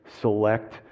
select